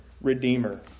Redeemer